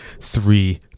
three